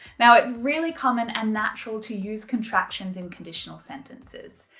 now it's really common and natural to use contractions in conditional sentences.